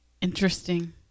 Interesting